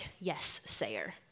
yes-sayer